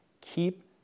keep